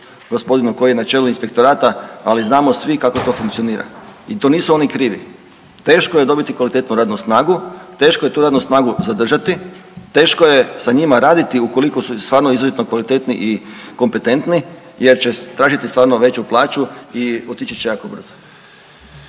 gospodinu koji je na čelu inspektorata ali znanom svi kako to funkcionira. I to nisu oni krivi. Teško je dobiti kvalitetnu radnu snagu, teško je tu radnu snagu zadržati, teško je sa njima raditi ukoliko su stvarno kvalitetni i kompetentni jer će tražiti stvarno veću plaću i otići će jako brzo.